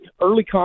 early